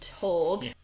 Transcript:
told